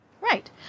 Right